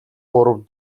гурав